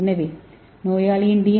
எனவே நோயாளியின் டி